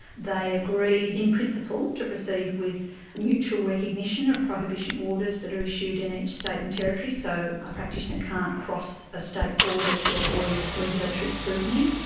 they agreed in principle to proceed with mutual recognition of prohibition orders that are issued in each state and territory, so a practitioner can't cross a state border to avoid regulatory scrutiny.